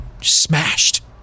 smashed